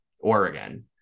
Oregon